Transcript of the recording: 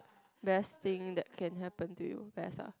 best thing that can happen to you best ah